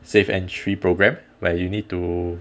safe entry program where you need to